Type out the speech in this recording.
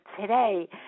today